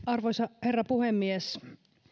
arvoisa herra puhemies